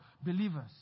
Believers